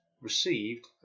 received